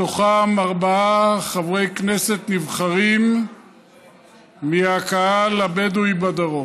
בתוכם ארבעה חברי כנסת נבחרים מהקהל הבדואי בדרום.